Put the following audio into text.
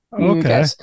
Okay